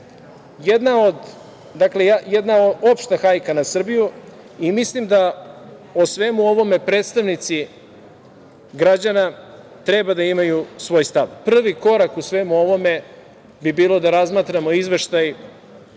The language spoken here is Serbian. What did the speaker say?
Republika Srpska. Jedna opšta hajka na Srbiju. Mislim da o svemu ovome predstavnici građana treba da imaju svoj stav. Prvi korak u svemu ovome bi bilo da razmatramo izveštaj